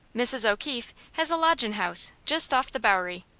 mrs. o'keefe, has a lodgin' house, just off the bowery.